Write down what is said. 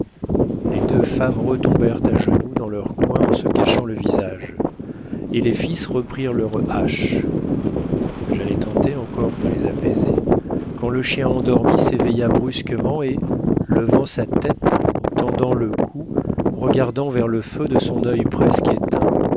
les deux femmes retombèrent à genoux dans leurs coins en se cachant le visage et les fils reprirent leurs haches j'allais tenter encore de les apaiser quand le chien endormi s'éveilla brusquement et levant sa tête tendant le cou regardant vers le feu de son oeil presque éteint